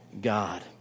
God